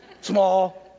small